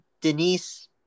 Denise